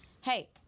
hey—